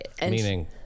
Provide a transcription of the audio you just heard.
Meaning